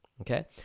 okay